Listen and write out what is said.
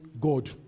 god